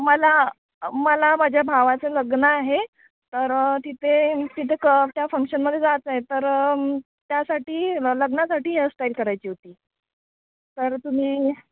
मला मला माझ्या भावाचं लग्न आहे तर तिथे तिथे क त्या फंक्शनमध्ये जायचं आहे तर त्यासाठी ल लग्नासाठी हेअरस्टाईल करायची होती तर तुम्ही